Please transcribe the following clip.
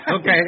Okay